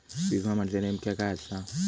विमा म्हणजे नेमक्या काय आसा?